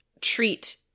treat